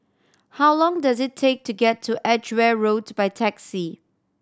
how long does it take to get to Edgeware Road by taxi